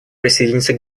присоединиться